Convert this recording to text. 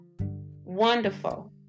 wonderful